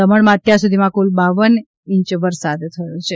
દમણમાં અત્યાર સુધીમાં કુલ બાવન ઇંચ વરસાદ થયો છે